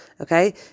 okay